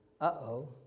uh-oh